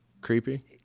creepy